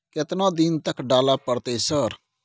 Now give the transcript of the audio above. केतना दिन तक डालय परतै सर?